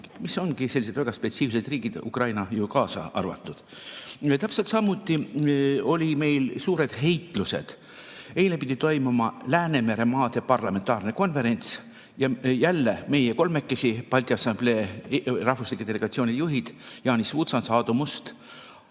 mis ongi sellised väga spetsiifilised riigid, Ukraina ju kaasa arvatud. Täpselt samuti olid meil suured heitlused. Eile pidi toimuma Läänemeremaade parlamentaarne konverents ja jälle meie kolmekesi, Balti Assamblee rahvuslike delegatsioonide juhid Jānis Vucāns, Aadu Must